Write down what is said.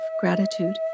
gratitude